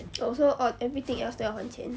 oh so orh everything else 都要还钱